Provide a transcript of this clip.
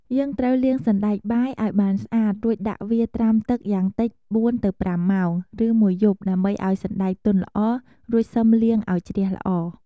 យើងត្រូវលាងសណ្តែកបាយឱ្យបានស្អាត រួចដាក់វាត្រាំទឹកយ៉ាងតិច ៤-៥ ម៉ោង ឬមួយយប់ ដើម្បីឱ្យសណ្ដែកទន់ល្អ រួចសិមលាងឱ្យជ្រះល្អ។